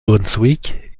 brunswick